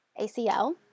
ACL